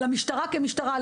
למשטרה כמשטרה,